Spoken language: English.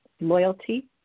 loyalty